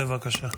בבקשה.